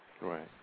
Right